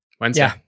Wednesday